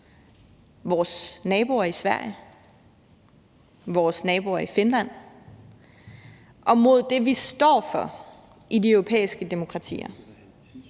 vores naboer i Sverige, vores naboer i Finland, mod det, vi står for i de europæiske demokratier.